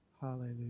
Hallelujah